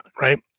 Right